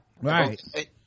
right